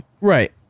Right